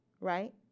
right